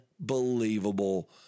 unbelievable